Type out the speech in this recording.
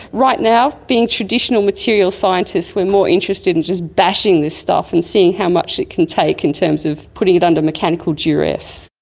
right now, being traditional material scientists, we are more interested in just bashing this stuff and seeing how much it can take in terms of putting it under mechanical duress.